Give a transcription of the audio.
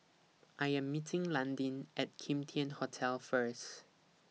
I Am meeting Landin At Kim Tian Hotel First